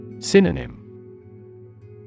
Synonym